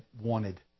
wanted